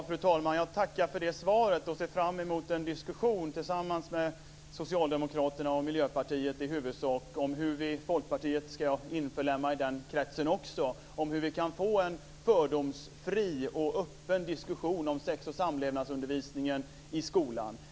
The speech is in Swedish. Fru talman! Jag tackar för det svaret och ser fram emot en diskussion tillsammans med Socialdemokraterna och Miljöpartiet i huvudsak - jag ska införliva Folkpartiet i den kretsen också - om hur vi kan få en fördomsfri och öppen diskussion om sex och samlevnadsundervisningen i skolan.